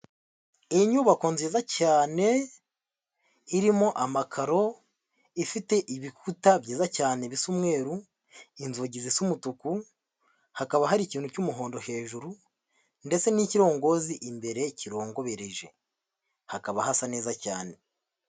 Inyubako nziza cyane irimo amakaro, ifite ibikuta byiza cyane bisa umweru, inzugi zisa umutuku, hakaba hari ikintu cy'umuhondo hejuru ndetse n'ikirongozi imbere kirongobereje, hakaba hasa neza cyane.